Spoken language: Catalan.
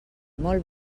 molt